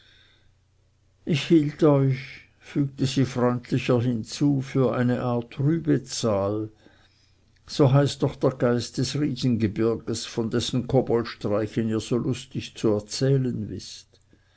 ich hielt euch fügte sie freundlicher hinzu für eine art rübezahl so heißt doch der geist des riesengebirges von dessen koboldstreichen ihr so lustig zu erzählen wißt